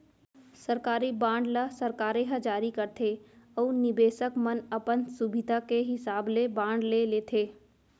सरकारी बांड ल सरकारे ह जारी करथे अउ निबेसक मन अपन सुभीता के हिसाब ले बांड ले लेथें